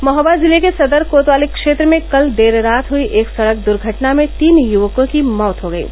महोबा जिले के सदर कोतवाली क्षेत्र में कल देर रात हुयी एक सड़क दुर्घटना में तीन युवकों की मौत हो गयी